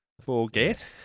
Forget